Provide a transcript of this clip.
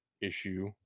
issue